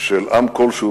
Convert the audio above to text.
של עם כלשהו,